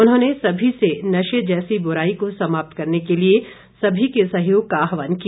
उन्होंने सभी से नशे जैसी बुराई को समाप्त करने के लिए सभी के सहयोग का आहवान किया